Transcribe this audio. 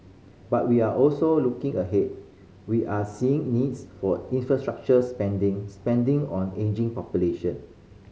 but we are also looking ahead we are seeing needs for infrastructure spending spending on ageing population